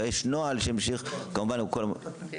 ויש נוהל שימשיך, כמובן --- נוהג.